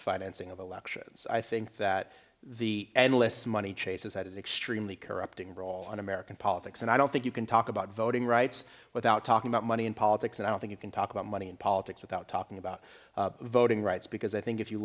financing of elections i think that the analysts money chases had an extremely corrupting role in american politics and i don't think you can talk about voting rights without talking about money and politics and i don't think you can talk about money and politics without talking about voting rights because i think if you